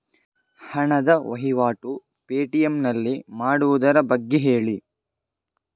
ಹಣದ ವಹಿವಾಟು ಪೇ.ಟಿ.ಎಂ ನಲ್ಲಿ ಮಾಡುವುದರ ಬಗ್ಗೆ ಹೇಳಿ